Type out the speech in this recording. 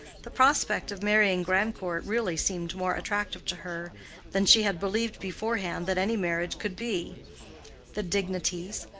the prospect of marrying grandcourt really seemed more attractive to her than she had believed beforehand that any marriage could be the dignities,